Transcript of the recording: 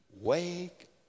Wake